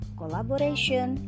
collaboration